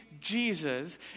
Jesus